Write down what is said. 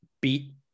beat